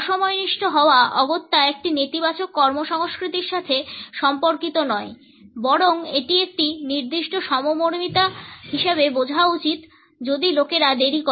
অ সময়নিষ্ঠ হওয়া অগত্যা একটি নেতিবাচক কর্ম সংস্কৃতির সাথে সম্পর্কিত নয় বরং এটি একটি নির্দিষ্ট সমমর্মিতা হিসাবে বোঝা উচিত যদি লোকেরা দেরি করে